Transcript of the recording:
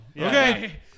Okay